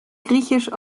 griechisch